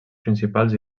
principals